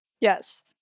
Yes